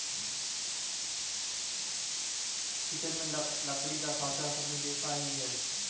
kitchen में लकड़ी का साँचा सबने देखा ही है